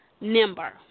number